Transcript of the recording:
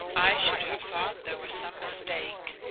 i should have thought there was some mistake.